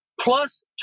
plus